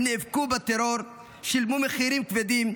הם נאבקו בטרור ושילמו מחירים כבדים,